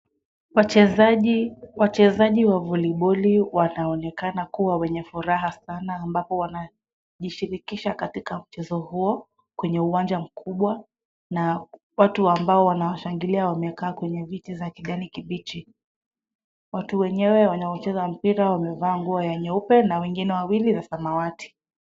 Wachezaji wa voliboli wanaonekana kuwa wenye furaha sana ambapo wanajishirikisha katika mchezo huo kwenye uwanja mkubwa na watu ambao wanashangilia wamekaa kwenye viti vya kijani kibichi. Watu wenyewe wanaocheza mpira wamevaa nguo ya nyeupe na wengine wawili za samawati.